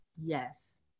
Yes